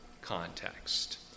context